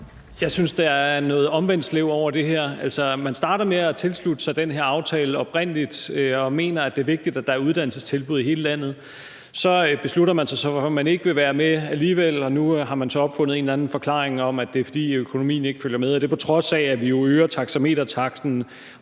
Jeg synes, der er noget Omvendtslev over det her. Altså, man starter oprindelig med at tilslutte sig den her aftale og mener, det er vigtigt, at der er uddannelsestilbud i hele landet. Så beslutter man sig for, at man ikke vil være med alligevel, og nu har man så opfundet en eller anden forklaring om, at det er, fordi økonomien ikke følger med – og det på trods af at vi jo øger taxametertaksten,